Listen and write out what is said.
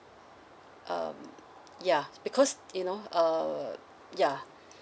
um ya because you know uh ya